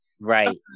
Right